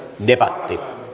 debatti